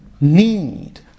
need